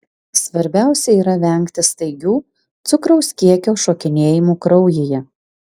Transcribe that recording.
svarbiausia yra vengti staigių cukraus kiekio šokinėjimų kraujyje